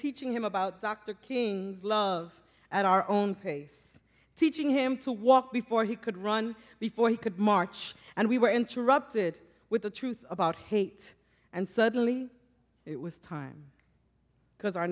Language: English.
teaching him about dr king's love at our own pace teaching him to walk before he could run before he could march and we were interrupted with the truth about hate and suddenly it was time because our